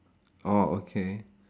orh okay